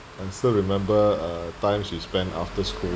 I still remember uh time she spent after school